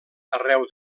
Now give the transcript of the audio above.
arreu